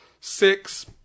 six